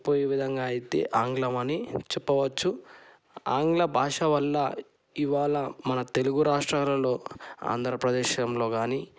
చెప్పే విధంగా అయితే ఆంగ్లమని చెప్పవచ్చు ఆంగ్ల భాష వల్ల ఇవాళ మన తెలుగు రాష్ట్రాలలో ఆంధ్రప్రదేశ్లో కానీ